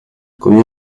combien